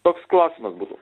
toks klausimas būtų